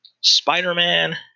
Spider-Man